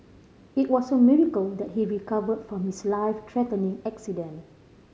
it was a miracle that he recovered from his life threatening accident